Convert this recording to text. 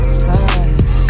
slide